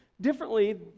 differently